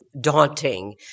daunting